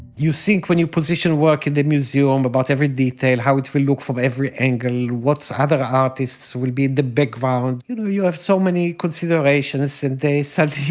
you think, when you position work in the museum, about every detail. how it will look from every angle, what other artists will be the background. you know, you have so many considerations. and they suddenly,